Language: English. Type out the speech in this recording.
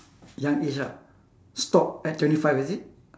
young age ah stop at twenty five is it